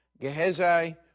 Gehazi